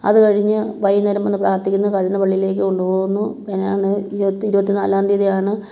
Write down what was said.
അതുകഴിഞ്ഞ് വൈകുന്നേരം വന്ന് പ്രാർഥിക്കുന്നു കഴന്ന് പള്ളീലേക്ക് കൊണ്ട് പോകുന്നു പിന്നെയാണ് ഈ അടുത്ത ഇരുപത്തി നാലാം തീയതിയാണ്